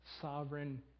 sovereign